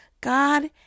God